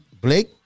Blake